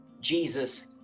Jesus